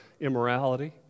immorality